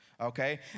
Okay